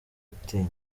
gutinya